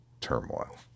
turmoil